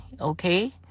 Okay